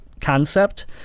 concept